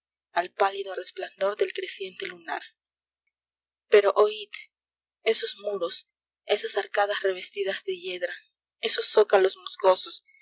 al pálido resplandor del creciente lunar pero oíd esos muros esas arcadas revestidas de hiedra esos zócalos musgosos